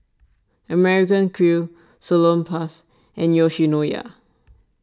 American Crew Salonpas and Yoshinoya